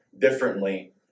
differently